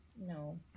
No